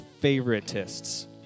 favoritists